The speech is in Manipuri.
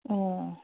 ꯑꯣ